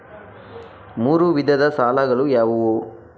ಮೂರು ವಿಧದ ಸಾಲಗಳು ಯಾವುವು?